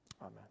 amen